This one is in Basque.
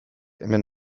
hemen